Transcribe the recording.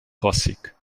classic